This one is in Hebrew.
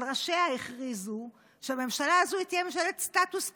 אבל ראשיה הכריזו שהממשלה הזו תהיה ממשלת סטטוס קוו: